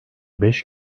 beş